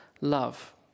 love